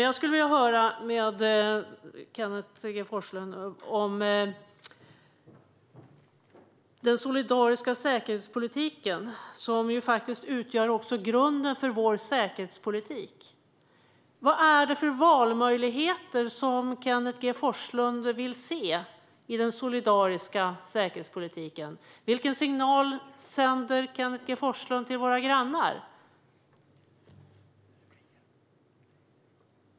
Jag skulle vilja fråga Kenneth G Forslund om den solidariska säkerhetspolitiken, som faktiskt också utgör grunden för vår säkerhetspolitik. Vilka valmöjligheter vill Kenneth G Forslund se i den solidariska säkerhetspolitiken? Vilken signal sänder Kenneth G Forslund till våra grannar?